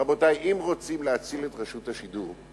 רבותי, אם רוצים להציל את רשות השידור,